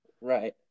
Right